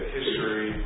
history